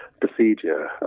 procedure